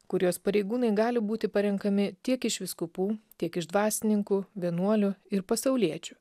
kurijos pareigūnai gali būti parenkami tiek iš vyskupų tiek iš dvasininkų vienuolių ir pasauliečių